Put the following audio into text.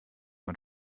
man